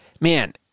Man